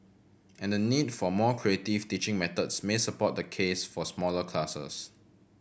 and the need for more creative teaching methods may support the case for smaller classes